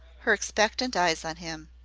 her expectant eyes on him.